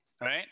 Right